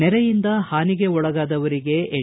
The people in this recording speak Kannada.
ನೆರೆಯಿಂದ ಹಾನಿಗೆ ಒಳಗಾದವರಿಗೆ ಎನ್